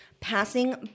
passing